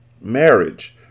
Marriage